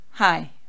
hi